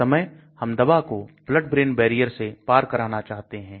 इस समय हम दवा को Blood brain barrier से पार कराना चाहते हैं